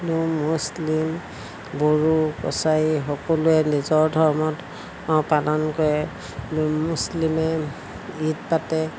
হিন্দু মুছলিম বড়ো কছাৰী সকলোৱে নিজৰ ধৰ্মত পালন কৰে মুছলিমে ঈদ পাতে